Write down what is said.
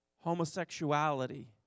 homosexuality